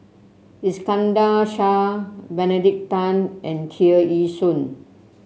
Iskandar Shah Benedict Tan and Tear Ee Soon